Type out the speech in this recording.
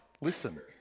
listen